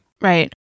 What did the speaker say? right